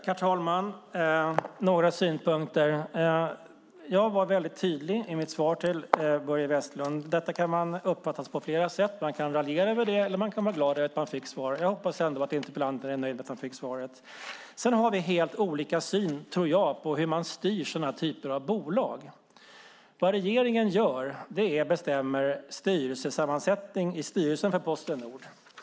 Herr talman! Jag ska framföra några synpunkter. Jag var mycket tydlig i mitt svar till Börje Vestlund. Detta kan man uppfatta på flera sätt. Man kan raljera över det eller vara glad över att man fick svar. Jag hoppas ändå att interpellanten är nöjd med att han fick svar. Sedan tror jag att vi har helt olika syn på hur man styr denna typ av bolag. Vad regeringen gör är att man bestämmer sammansättningen av styrelsen för Posten Nord.